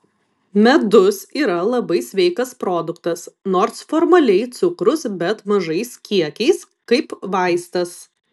medus yra labai sveikas produktas nors formaliai cukrus bet mažais kiekiais kaip vaistas